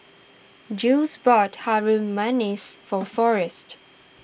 Jules bought Harum Manis for forrest